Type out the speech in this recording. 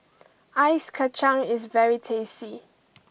Ice Kacang is very tasty